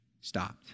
stopped